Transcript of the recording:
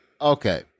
Okay